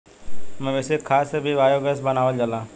मवेशी के खाद से भी बायोगैस बनावल जाला